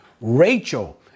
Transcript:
Rachel